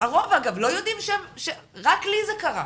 הרוב אגב לא יודעים, רק לי זה קרה,